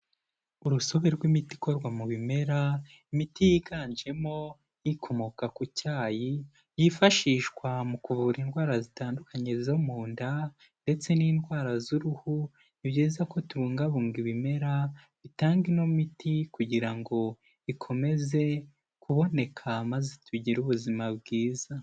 Urusobe rw'imiti ikorwa mu bimera, imiti yiganjemo ikomoka ku cyayi, yifashishwa mu kuvura indwara zitandukanye zo mu nda ndetse n'indwara z'uruhu, ni byiza ko tubungabunga ibimera bitanga ino miti kugira ngo ikomeze kuboneka, maze tugire ubuzima bwiza.